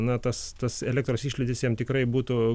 na tas tas elektros išlydis jam tikrai būtų